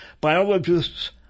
biologists